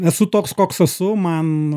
esu toks koks esu man